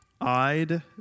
eyed